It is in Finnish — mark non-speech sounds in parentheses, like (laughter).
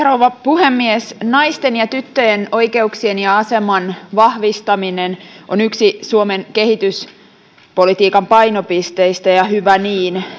(unintelligible) rouva puhemies naisten ja tyttöjen oikeuksien ja aseman vahvistaminen on yksi suomen kehityspolitiikan painopisteistä ja hyvä niin